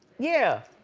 yeah.